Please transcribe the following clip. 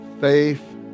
faith